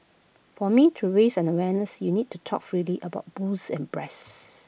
for me to raise the awareness you need to talk freely about boobs and breasts